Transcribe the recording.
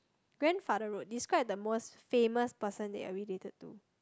grandfather road describe the most famous person that you're related to